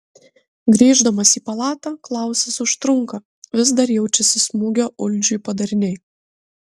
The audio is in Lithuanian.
grįždamas į palatą klausas užtrunka vis dar jaučiasi smūgio uldžiui padariniai